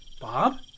Bob